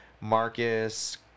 marcus